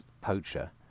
poacher